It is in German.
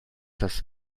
das